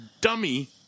dummy